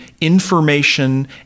information